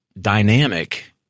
dynamic